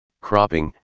cropping